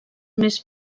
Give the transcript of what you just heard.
més